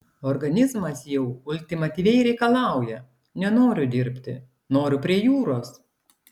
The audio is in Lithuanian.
organizmas jau ultimatyviai reikalauja nenoriu dirbti noriu prie jūros